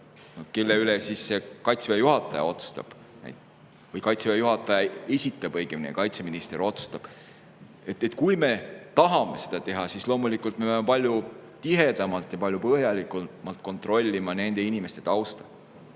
mille üle otsustab Kaitseväe juhataja või õigemini Kaitseväe juhataja esitab [taotluse] ja kaitseminister otsustab, kui me tahame seda teha, siis loomulikult me peame palju tihedamalt ja palju põhjalikumalt kontrollima nende inimeste tausta.